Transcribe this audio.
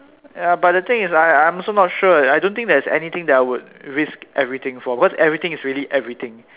ya but the thing is I I'm also not sure I don't think there's anything that I will risk everything for because everything is really everything